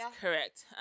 Correct